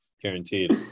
Guaranteed